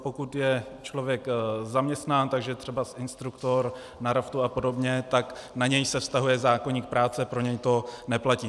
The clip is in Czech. Pokud je člověk zaměstnán tak, že je třeba instruktor, na raftu a podobně, tak na něj se vztahuje zákoník práce, pro něj to neplatí.